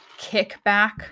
kickback